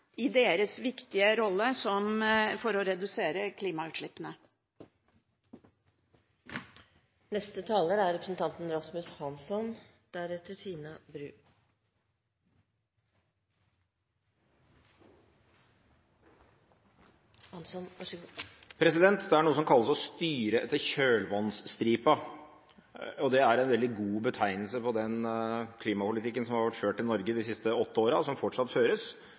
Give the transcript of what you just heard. i deres viktige rolle for å redusere klimautslippene. Det er noe som kalles å styre etter kjølvannsstripa. Det er en veldig god betegnelse på den klimapolitikken som har vært ført i Norge de siste åtte årene, og som fortsatt føres.